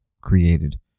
created